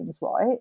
right